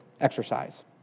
exercise